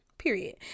Period